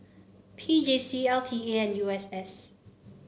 P J C L T A U S S